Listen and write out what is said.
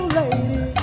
lady